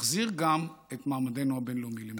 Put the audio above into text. נחזיר גם את מעמדנו הבין-לאומי למקום.